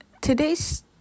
Today's